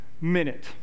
minute